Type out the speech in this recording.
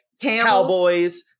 cowboys